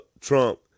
Trump